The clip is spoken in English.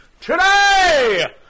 today